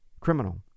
criminal